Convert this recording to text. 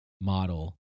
model